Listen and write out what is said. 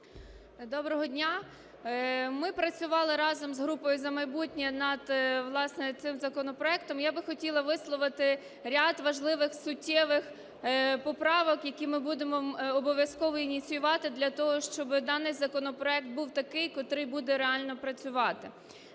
Доброго дня! Ми працювали разом з групою "За майбутнє" над, власне, цим законопроектом, я б хотіла висловити ряд важливих суттєвих поправок, які ми будемо обов'язково ініціювати для того, щоб даний законопроект був такий, котрий буде реально працювати.